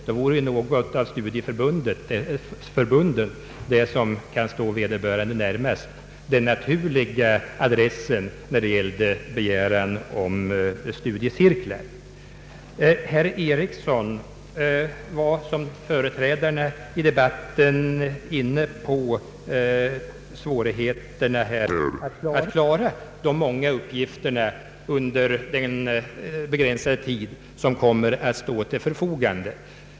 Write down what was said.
Då borde man i stället vända sig till något av de studieförbund som kan stå vederbörande närmast med begäran om studiecirklar. Herr Eriksson var liksom företrädarna i debatten inne på svårigheterna att klara de många uppgifterna under den begränsade tid som kommer att stå till förfogande.